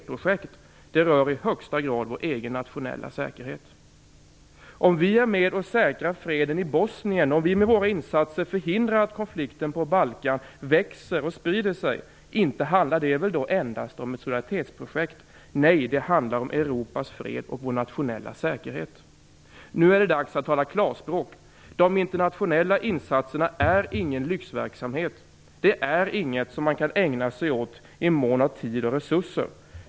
Inte handlar det väl endast om ett solidaritetsprojekt om vi är med och säkrar freden i Bosnien eller om vi med våra insatser förhindrar att konflikten på Balkan växer och sprider sig. Nej, det handlar om Europas fred och vår nationella säkerhet. Nu är det dags att tala klarspråk! De internationella insatserna är ingen lyxverksamhet. Det är inget som man kan ägna sig åt i mån av tid och resurser.